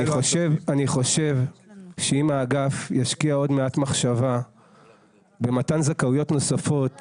אני חושב שאם האגף ישקיע עוד מעט מחשבה במתן זכאויות נוספות